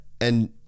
And-